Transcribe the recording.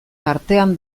tartean